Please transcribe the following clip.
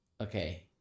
Okay